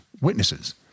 witnesses